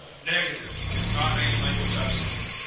negative. it's not in any language i've seen.